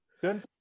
Good